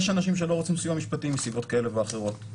יש אנשים שלא רוצים סיוע משפטי מסיבות כאלה ואחרות,